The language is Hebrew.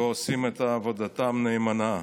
ועושים את עבודתם נאמנה.